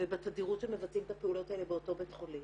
ובתדירות שמבצעים את הפעולות האלה באותו בית חולים.